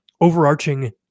overarching